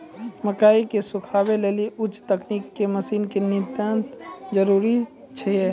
मकई के सुखावे लेली उच्च तकनीक के मसीन के नितांत जरूरी छैय?